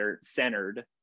centered